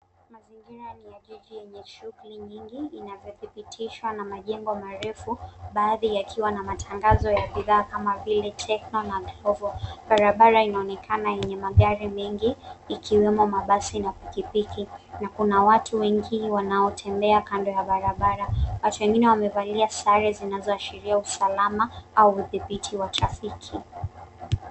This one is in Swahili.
Mazingira ni ya jiji yenye shughuli nyingi inavyodhibitishwa na majengo marefu, baadhi yakiwa na matangazo ya bidhaa kama vile Tecno na Glovo . Barabara inaonekana yenye magari mengi ikiwemo mabasi na pikipiki na kuna watu wengi wanaotembea kando ya barabara. Watu wengine wamevalia sare zinazoashiria usalama au udhibiti wa trafiki.